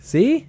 See